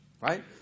right